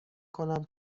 کنم